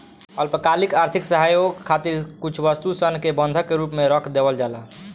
अल्पकालिक आर्थिक सहयोग खातिर कुछ वस्तु सन के बंधक के रूप में रख देवल जाला